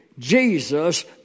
Jesus